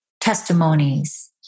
testimonies